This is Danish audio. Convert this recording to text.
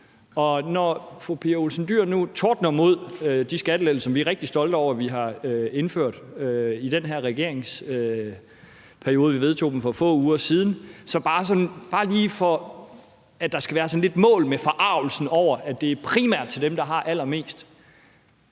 Fru Pia Olsen Dyhr tordner nu mod de skattelettelser, vi er rigtig stolte over, at vi har indført i den her regeringsperiode. Vi vedtog dem for få uger siden. Så for at der ligesom skal være lidt mål med forargelsen over, at det primært er til dem, der har allermest,